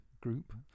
group